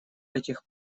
этих